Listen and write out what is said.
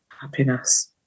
happiness